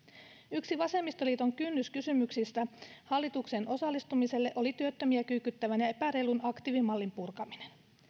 yksi vasemmistoliiton kynnyskysymyksistä hallitukseen osallistumiselle oli työttömiä kyykyttävän ja ja epäreilun aktiivimallin purkaminen